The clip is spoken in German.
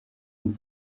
und